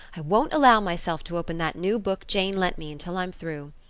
i won't allow myself to open that new book jane lent me until i'm through.